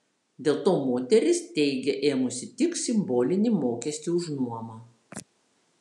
dėl to moteris teigia ėmusi tik simbolinį mokestį už nuomą